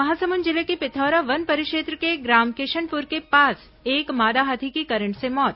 महासमुंद जिले के पिथौरा वन परिक्षेत्र के ग्राम किशनपुर के पास एक मादा हाथी की करंट से मौत